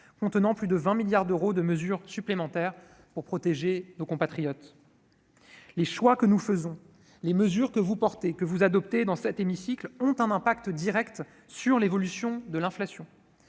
contenant plus de 20 milliards d'euros de mesures supplémentaires pour protéger nos compatriotes. Les choix que nous faisons, les mesures que vous défendez et adoptez dans cet hémicycle ont un impact direct sur l'évolution de l'inflation.